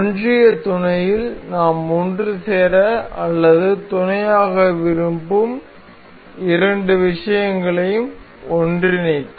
ஒன்றிய துணையில் நாம் ஒன்றுசேர அல்லது துணையாக விரும்பும் இரண்டு விஷயங்கள் ஒன்றிணைக்கும்